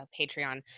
Patreon